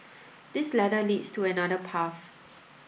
this ladder leads to another path